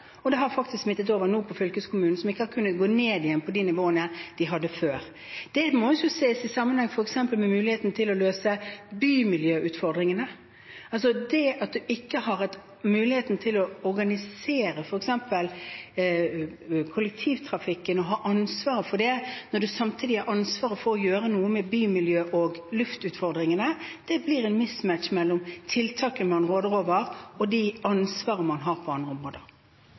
og det har faktisk nå smittet over på fylkeskommunen, som ikke har kunnet gå ned igjen på de nivåene den hadde før. Det må ses i sammenheng med muligheten til å løse bymiljøutfordringene – det at man ikke har hatt mulighet til f.eks. å organisere kollektivtrafikken og ha ansvaret for den når man samtidig har ansvaret for å gjøre noe med bymiljøet og luftutfordringene. Det blir en «mismatch» mellom tiltakene man råder over, og det ansvaret man har på andre områder.